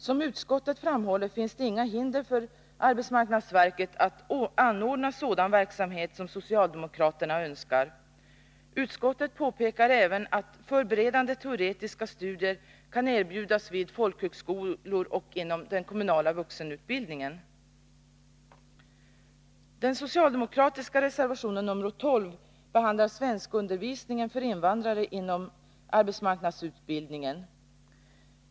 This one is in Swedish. Som utskottet framhåller finns det inga hinder för AMS att anordna sådan verksamhet som socialdemokraterna önskar. Utskottet påpekar även att förberedande teoretiska studier kan erbjudas vid folkhögskolor och inom den kommunala vuxenutbildningen. Den socialdemokratiska reservationen 12 behandlar svenskundervisningen för invandrare inom arbetsmarknadsutbildningen.